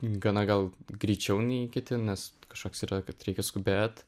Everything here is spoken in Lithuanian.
gana gal greičiau nei kiti nes kažkoks yra kad reikia skubėt